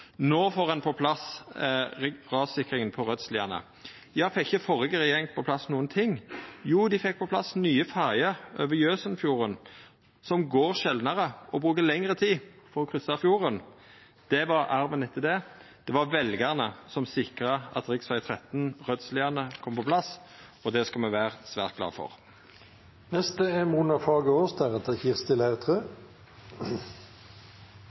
får ein på plass rassikringa på Rødsliane. Fekk ikkje førre regjering på plass nokon ting? Jo, dei fekk på plass nye ferjer over Jøsenfjorden, som går sjeldnare og bruker lengre tid på å kryssa fjorden. Det var arven etter dei. Det var veljarane som sikra at rv. 13 Rødsliane kom på plass, og det skal me vera svært glade for. Det er